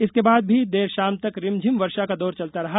इसके बाद भी देर तक रिमझिम वर्षा का दौर चलता रहा